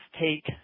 take